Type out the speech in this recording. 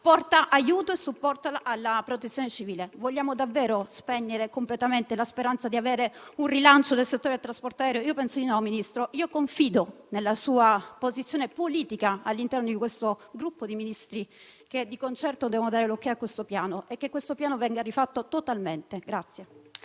porta aiuto e supporto alla Protezione civile. Vogliamo davvero spegnere completamente la speranza di avere un rilancio del settore del trasporto aereo? Io penso di no, signor Ministro, e confido nella sua posizione politica all'interno di questo gruppo di Ministri che di concerto devono dare il loro benestare a questo piano, auspicando che venga rifatto totalmente.